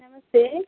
नमस्ते